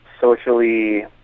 socially